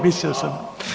Mislio sam